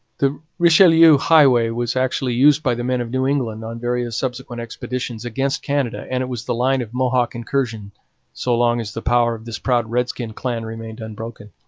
the richelieu highway was actually used by the men of new england on various subsequent expeditions against canada, and it was the line of mohawk incursion so long as the power of this proud redskin clan remained unbroken.